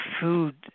food